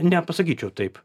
nepasakyčiau taip